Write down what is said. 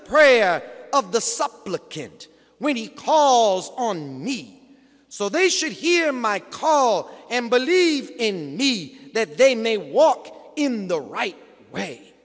prayer of the supplicant when he calls on me so they should hear my call and believe in me that they may walk in the right way